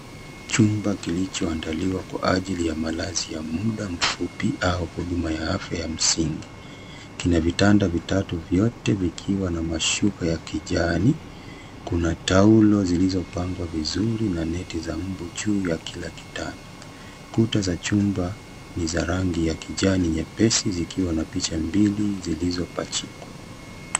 Chumba kilichoandaliwa kwa ajili ya malazi ya mda mfupi au huduma ya afya ya msingi. Kina vitanda vitatu, vyote vikiwa na mashuka ya kijani, kuna taulo zilizopangwa vizuri na neti za mbu juu ya kila kitanda. Kuta za chumba ni za rangi ya kijani nyepesi zikiwa na picha mbili zilizopachikwa.